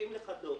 תוקעים לך דוח.